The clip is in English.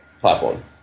platform